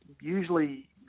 usually